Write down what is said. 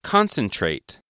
Concentrate